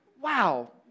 Wow